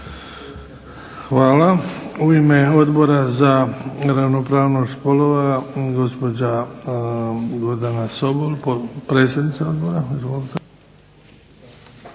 Hvala. U ime Odbora za ravnopravnost spolova gospođa Gordana Sobol, predsjednica odbora. Izvolite.